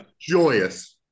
joyous